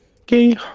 Okay